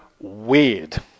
weird